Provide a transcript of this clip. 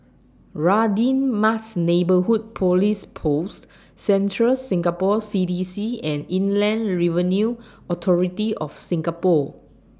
Radin Mas Neighbourhood Police Post Central Singapore C D C and Inland Revenue Authority of Singapore